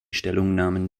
stellungnahmen